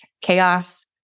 chaos